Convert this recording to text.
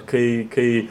kai kai